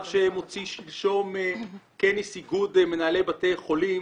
שמוציא שלשום כנס איגוד מנהלי בתי חולים,